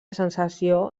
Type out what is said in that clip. sensació